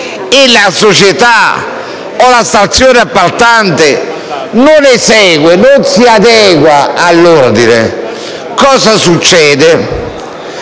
e la società o la stazione appaltante non esegue e non si adegua all'ordine, cosa succede?